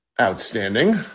Outstanding